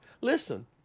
listen